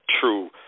true